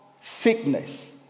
sickness